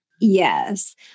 Yes